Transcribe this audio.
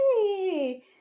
hey